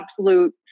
absolute